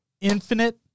Infinite